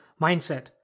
mindset